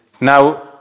Now